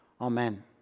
Amen